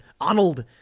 Arnold